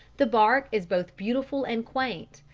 the bark is both beautiful and quaint,